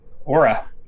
aura